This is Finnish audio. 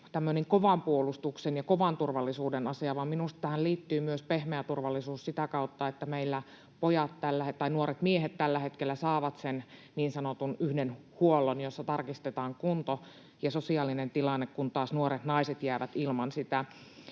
kovan puolustuksen ja kovan turvallisuuden asia, vaan minusta tähän liittyy myös pehmeä turvallisuus sitä kautta, että meillä nuoret miehet tällä hetkellä saavat sen niin sanotun yhden huollon, jossa tarkistetaan kunto ja sosiaalinen tilanne, kun taas nuoret naiset jäävät ilman sitä.